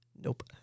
Nope